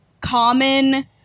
common